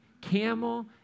camel